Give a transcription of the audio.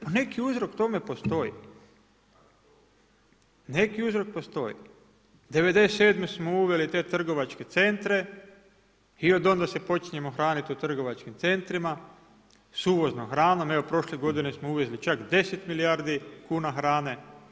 Pa neki uzrok tome postoji, neki uzrok postoji. '97. smo uveli te trgovačke centre i od onda se počinjemo hraniti u trgovačkim centrima s uvoznom hranom, evo prošle godine smo uvezli čak 10 milijardi kuna hrane.